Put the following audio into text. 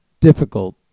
difficult